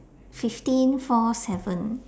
fifteen four seven